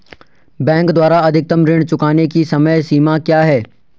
Bank द्वारा अधिकतम ऋण चुकाने की समय सीमा क्या है?